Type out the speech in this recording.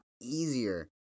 easier